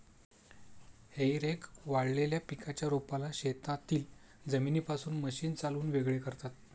हेई रेक वाळलेल्या पिकाच्या रोपाला शेतातील जमिनीपासून मशीन चालवून वेगळे करतात